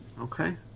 Okay